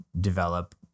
develop